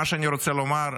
מה שאני רוצה לומר,